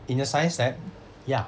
in the science lab ya